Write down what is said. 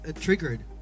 triggered